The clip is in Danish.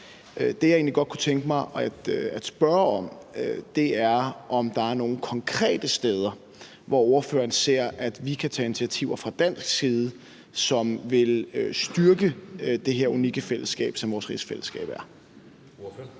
Det, jeg egentlig godt kunne tænke mig at spørge om, er, om der er nogle konkrete steder, hvor ordføreren ser, at vi kan tage initiativer fra dansk side, som vil styrke det her unikke fællesskab, som vores rigsfællesskab er?